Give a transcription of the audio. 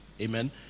Amen